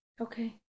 Okay